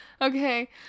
Okay